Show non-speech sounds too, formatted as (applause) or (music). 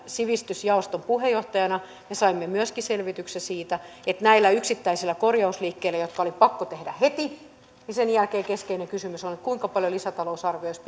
sivistysjaoston puheenjohtajana me saimme myöskin selvityksen siitä että näiden yksittäisten korjausliikkeiden jälkeen jotka oli pakko tehdä heti keskeinen kysymys on kuinka paljon lisätalousarviossa (unintelligible)